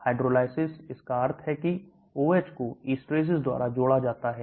hydrolysis इसका अर्थ है कि OH को esterases द्वारा जोड़ा जाता है